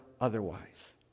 otherwise